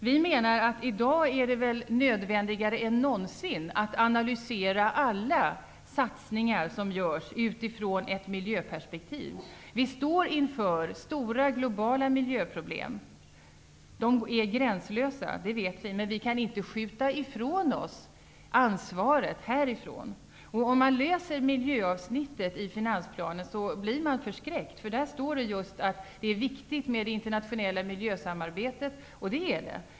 Vi menar att det i dag är nödvändigare än någonsin att analysera alla satsningar som görs utifrån ett miljöperspektiv. Vi står inför stora globala miljöproblem. De är gränslösa, det vet vi. Men vi kan inte skjuta ifrån oss ansvaret. Om man läser miljöavsnittet i finansplanen blir man förskräckt. Där står det just att det internationella miljösamarbetet är viktigt. Det är det.